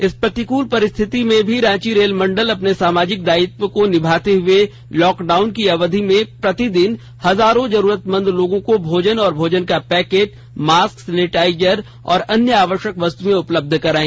इस प्रतिकल परिस्थिति में भी रांची रेल मंडल अपने सामाजिक दायित्व को निभाते हुए लॉक डाउन की अवधि में प्रतिदिन हजारों जरूरतमंद लोगों को भोजन तथा भोजन पैकेट मास्क सैनिटाइजर और अन्य आवश्यक वस्तुएं उपलब्ध कराई